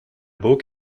burg